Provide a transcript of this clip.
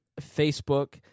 Facebook